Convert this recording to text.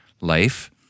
life